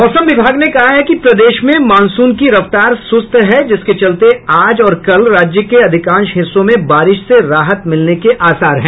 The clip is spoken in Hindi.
मौसम विभाग ने कहा है कि प्रदेश में मॉनसून की रफ्तार सुस्त है जिसके चलते आज और कल राज्य के अधिकांश हिस्सों में बारिश से राहत मिलने के आसार हैं